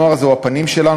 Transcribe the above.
הנוער הזה הוא הפנים שלנו,